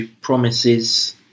promises